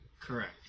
Correct